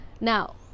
now